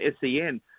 SEN